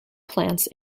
plants